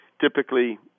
typically